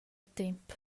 temp